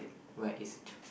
where is it